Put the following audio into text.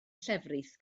llefrith